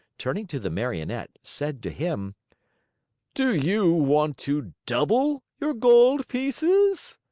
turning to the marionette, said to him do you want to double your gold pieces?